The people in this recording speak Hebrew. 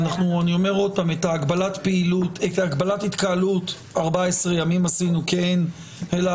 אני אומר עוד פעם שאת הגבלת ההתקהלות עשינו ל-14